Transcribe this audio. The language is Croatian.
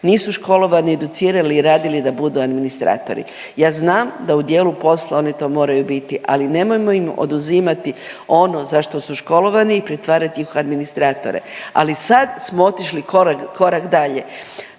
Nisu školovani, educirali i radili da budu administratori. Ja znam da u dijelu posla oni to moraju biti ali nemojmo im oduzimati ono za što su školovani i pretvarati ih u administratore. Ali sad smo otišli korak,